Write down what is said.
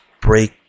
break